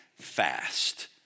fast